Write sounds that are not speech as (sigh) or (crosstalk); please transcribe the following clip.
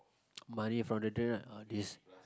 (noise) money down the drain orh this